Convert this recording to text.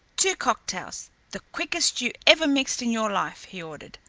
two cocktails the quickest you ever mixed in your life, he ordered.